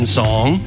song